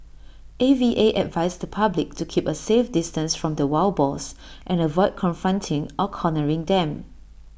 A V A advised the public to keep A safe distance from the wild boars and avoid confronting or cornering them